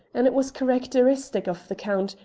and it was characteristic of the count,